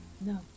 No